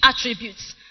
attributes